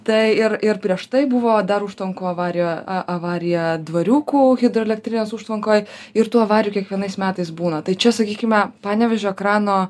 tai ir ir prieš tai buvo dar užtvankų avarija avarija dvariūkų hidroelektrinės užtvankoj ir tų avarijų kiekvienais metais būna tai čia sakykime panevėžio ekrano